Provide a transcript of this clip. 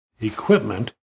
equipment